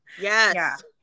Yes